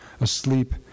asleep